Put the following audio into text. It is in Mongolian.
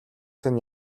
тань